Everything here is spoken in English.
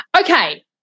okay